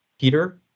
Peter